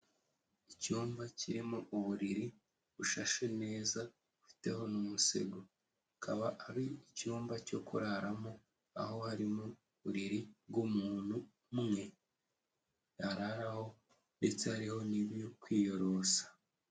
Icyumba kirimo uburiri, bushashe neza ufiteho n'umusego. Akaba ari icyumba cyo kuraramo, aho harimo uburiri bw'umuntu umwe, araraho ndetse hariho n'ibyo kwiyorosa.